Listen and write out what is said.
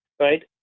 Right